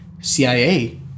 CIA